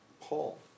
Paul